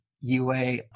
UA